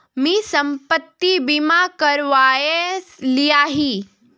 मी संपत्ति बीमा करवाए लियाही